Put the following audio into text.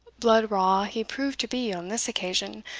blood-raw he proved to be on this occasion,